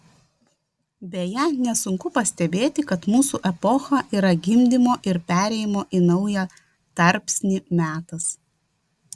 beje nesunku pastebėti kad mūsų epocha yra gimdymo ir perėjimo į naują tarpsnį metas